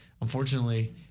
Unfortunately